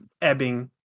ebbing